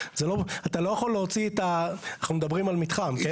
אתה לא יכול להוציא, אנחנו מדברים על מתחם, כן?